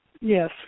Yes